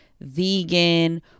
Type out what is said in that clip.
vegan